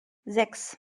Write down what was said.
sechs